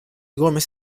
gómez